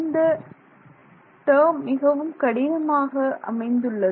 இந்த இடம் மிகவும் கடினமாக அமைந்துள்ளது